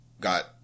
got